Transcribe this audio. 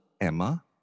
Emma